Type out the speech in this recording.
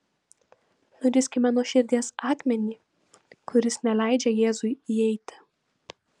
nuriskime nuo širdies akmenį kuris neleidžia jėzui įeiti